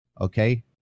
okay